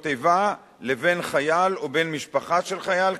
איבה לבין חייל או בן משפחה של חייל,